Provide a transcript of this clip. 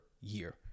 year